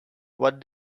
what